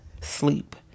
sleep